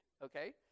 Okay